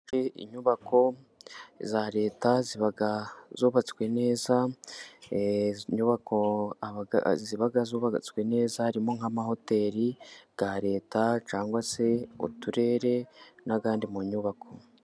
Inyubako za Reta ziba zubatswe neza, inyubako ziba zubatswe neza harimo nk'amahoteli ya Reta cyangwa se uturere, n'izindi mu nyubako.